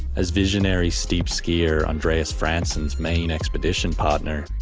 as visionary steep-skier andreas fransson's main expedition partner,